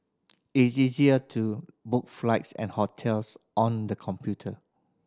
it is easy to book flights and hotels on the computer